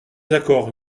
accords